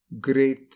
great